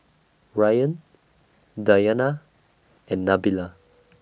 Ryan Dayana and Nabila